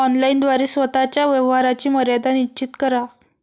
online द्वारे स्वतः च्या व्यवहाराची मर्यादा निश्चित करा